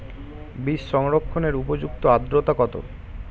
বীজ সংরক্ষণের উপযুক্ত আদ্রতা কত?